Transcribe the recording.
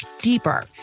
deeper